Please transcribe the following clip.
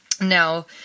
Now